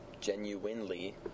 genuinely